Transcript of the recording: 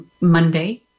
Monday